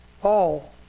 Paul